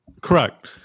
correct